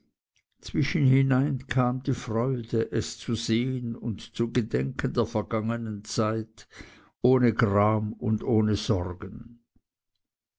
zwischenein kam die freude es zu sehen und zu gedenken der vergangenen zeit ohne gram und ohne sorgen